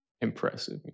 impressive